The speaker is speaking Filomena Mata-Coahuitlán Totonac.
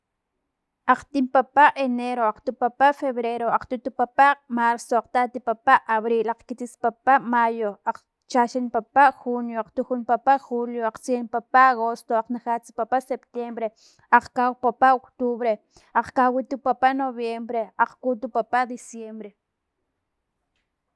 Akgtim papa enero, akgtu papa febrero, akgtutu papa marzo, akgtati papa abril, akgkitsis papa mayo, akgchaxan papa junio, akgtujun papa julio, akgtsayan papa agosto, akgnajats papa septiembre, akgkau papa octubre, akgkawit papa noviembre, akgkutu papa diciembre.